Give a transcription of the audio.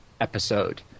episode